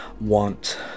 want